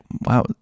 wow